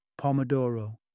Pomodoro